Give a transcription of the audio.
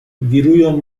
wirują